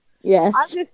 Yes